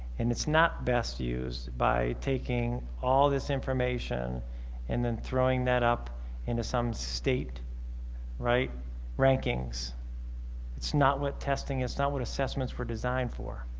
and it's not best used by taking all this information and then throwing that up into some state right rankings it's not what testing is not what assessments were designed for